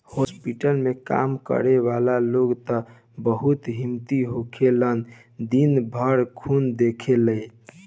hospital में काम करे वाला लोग त बहुत हिम्मती होखेलन दिन भर खून देखेले